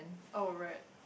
oh right